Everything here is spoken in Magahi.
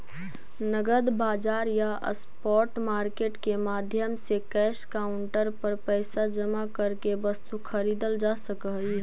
नगद बाजार या स्पॉट मार्केट के माध्यम से कैश काउंटर पर पैसा जमा करके वस्तु खरीदल जा सकऽ हइ